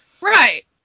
Right